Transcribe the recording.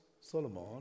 Solomon